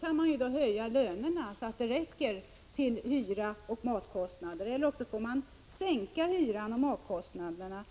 kan man antingen höja lönerna, så att de räcker till hyra och matkostnader eller också får man sänka hyran och matkostnaderna.